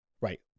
right